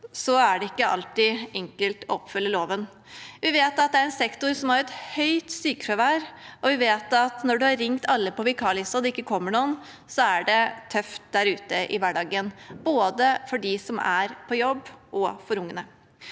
er det ikke alltid enkelt å oppfylle loven. Vi vet at dette er en sektor som har høyt sykefravær, og vi vet at når man har ringt alle på vikarlisten og det ikke kommer noen, er det tøft der ute i hverdagen – både for de som er på jobb, og for ungene.